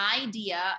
idea